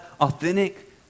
authentic